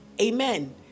Amen